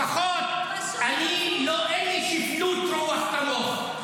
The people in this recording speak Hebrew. לפחות אין לי שפלות רוח כמוך.